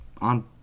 on